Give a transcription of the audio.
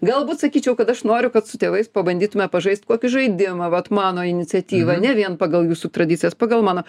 galbūt sakyčiau kad aš noriu kad su tėvais pabandytume pažaist kokį žaidimą vat mano iniciatyva ne vien pagal jūsų tradicijas pagal mano